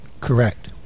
correct